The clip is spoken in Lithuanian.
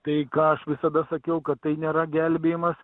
tai ką aš visada sakiau kad tai nėra gelbėjimas